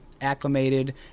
acclimated